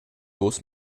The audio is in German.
los